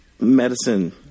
medicine